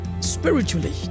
spiritually